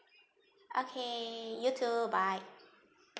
okay you too bye